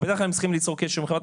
בדרך כלל הם צריכים ליצור קשר עם חברת